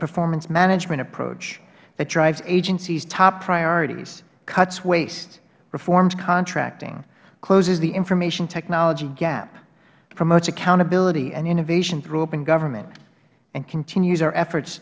performance management approach that drives agencies top priorities cuts waste reforms contracting closes the information technology gap promotes accountability and innovation through open government and continues our efforts